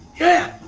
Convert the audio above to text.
yeah,